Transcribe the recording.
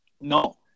No